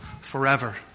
forever